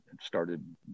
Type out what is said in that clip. started